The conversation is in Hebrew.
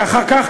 ואחר כך,